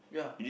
ya